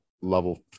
level